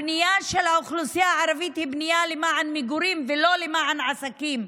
ושהבנייה של האוכלוסייה הערבית היא בנייה למען מגורים ולא למען עסקים,